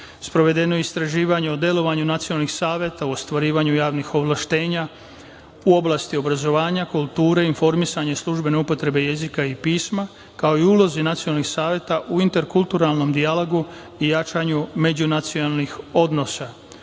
je i istraživanje o delovanju nacionalnih saveta u ostvarivanju javnih ovlašćenja u oblasti obrazovanja, kulture, informisanja i službene upotrebe jezika i pisma, kao i ulozi nacionalnih saveta u interkulturalnom dijalogu i jačanju međunacionalnih odnosa.U